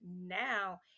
now